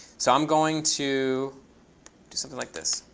so i'm going to do something like this.